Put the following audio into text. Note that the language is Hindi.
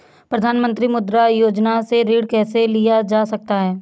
प्रधानमंत्री मुद्रा योजना से ऋण कैसे लिया जा सकता है?